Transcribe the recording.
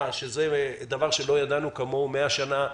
שלא ידענו משבר כמו הקורונה כבר מאה שנים,